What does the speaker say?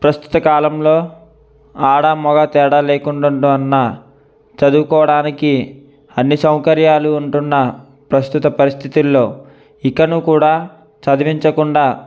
ప్రస్తుత కాలంలో ఆడ మగ తేడా లేకుండా ఉన్నా చదుకోడానికి అన్ని సౌకర్యాలు ఉంటున్న ప్రస్తుత పరిస్థితిలో ఇంకను కూడా చదివించకుండా